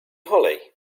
hollie